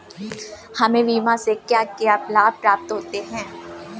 हमें बीमा से क्या क्या लाभ प्राप्त होते हैं?